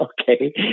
Okay